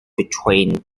between